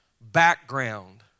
background